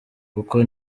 kuko